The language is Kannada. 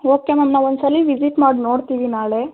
ಓಕೆ ಮ್ಯಾಮ್ ನಾವೊಂದ್ಸಲ ವಿಸಿಟ್ ಮಾಡಿ ನೋಡ್ತೀವಿ ನಾಳೆ